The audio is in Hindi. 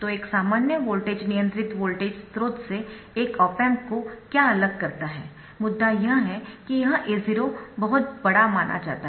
तोएक सामान्य वोल्टेज नियंत्रित वोल्टेज स्रोत से एक ऑप एम्प को क्या अलग करता है मुद्दा यह है कि यह A0 बहुत बड़ा माना जाता है